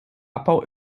abbau